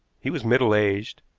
he was middle-aged,